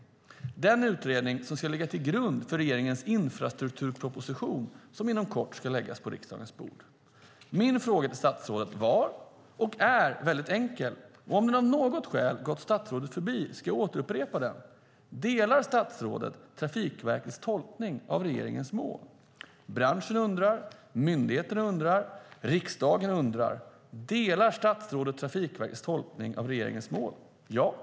Det är denna utredning som ska ligga till grund för regeringens infrastrukturproposition som inom kort ska läggas på riksdagens bord. Min fråga till statsrådet var och är enkel. Om den av något skäl har gått statsrådet förbi ska jag upprepa den: Delar statsrådet Trafikverkets tolkning av regeringens mål? Branschen undrar, myndigheterna undrar och riksdagen undrar. Delar statsrådet Trafikverkets tolkning av regeringens mål - ja eller nej?